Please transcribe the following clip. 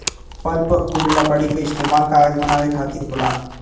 pulpwood लकड़ी क इस्तेमाल कागज बनावे खातिर होला